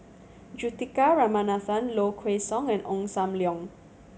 Juthika Ramanathan Low Kway Song and Ong Sam Leong